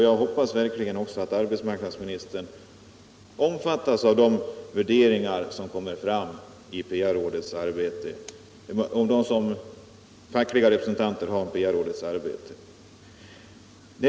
Jag hoppas verkligen också att arbetsmarknadsministern tar hänsyn till de värderingar som de fackliga representanterna har på PA-rådets arbete.